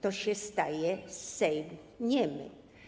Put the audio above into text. To się staje Sejm niemy.